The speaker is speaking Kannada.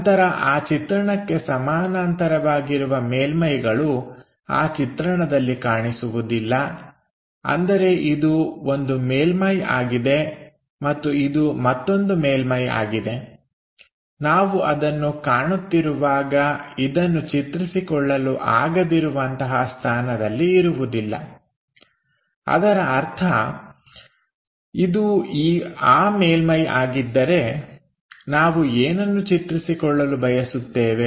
ನಂತರ ಆ ಚಿತ್ರಣಕ್ಕೆ ಸಮಾನಾಂತರವಾಗಿರುವ ಮೇಲ್ಮೈಗಳು ಆ ಚಿತ್ರಣದಲ್ಲಿ ಕಾಣಿಸುವುದಿಲ್ಲ ಅಂದರೆ ಇದು ಒಂದು ಮೇಲ್ಮೈ ಆಗಿದೆ ಮತ್ತು ಇದು ಮತ್ತೊಂದು ಮೇಲ್ಮೈ ಆಗಿದೆ ನಾವು ಅದನ್ನು ಕಾಣುತ್ತಿರುವಾಗ ಇದನ್ನು ಚಿತ್ರಿಸಿಕೊಳ್ಳಲು ಆಗದಿರುವಂತಹ ಸ್ಥಾನದಲ್ಲಿ ಇರುವುದಿಲ್ಲ ಅದರ ಅರ್ಥ ಇದು ಆ ಮೇಲ್ಮೈ ಆಗಿದ್ದರೆ ನಾವು ಏನನ್ನು ಚಿತ್ರಿಸಿಕೊಳ್ಳಲು ಬಯಸುತ್ತೇವೆ